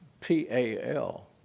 P-A-L